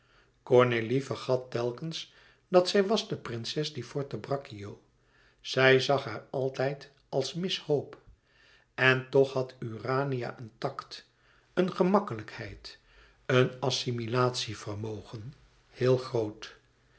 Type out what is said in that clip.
ornélie vergat telkens dat zij was de prinses di forte braccio zij zag haar altijd als miss hope en toch had urania een tact een gemakkelijkheid een assimilatievermogen heel groot